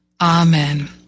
Amen